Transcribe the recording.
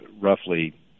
roughly